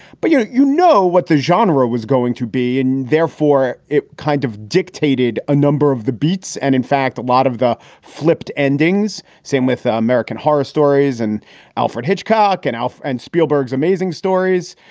but you you know what the genre was going to be. and therefore it kind of dictated a number of the beats and in fact, a lot of the flipped endings. same with ah american horror stories and alfred hitchcock and and spielberg's amazing stories.